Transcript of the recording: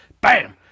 Bam